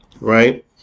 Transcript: right